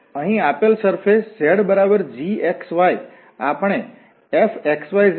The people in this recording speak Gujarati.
અહીં આપેલ સરફેશ zgxy આપણે fxyz0 ફોર્મ માં પણ લખી શકીએ છીએ